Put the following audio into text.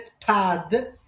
pad